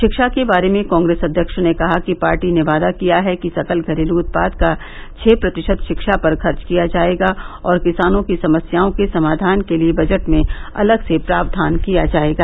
शिक्षा के बारे में कांग्रेस अध्यक्ष ने कहा कि पार्टी ने वादा किया है कि सकल घरेलू उत्पाद का छः प्रतिशत शिक्षा पर खर्च किया जाएगा और किसानों की समस्याओं के समाधान के लिए बजट में अलग से प्रावधान किया जाएगा